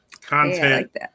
content